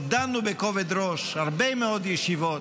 ודנו בכובד ראש הרבה מאוד ישיבות,